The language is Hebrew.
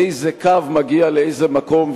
איזה קו מגיע לאיזה מקום,